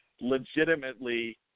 legitimately